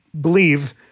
believe